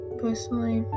personally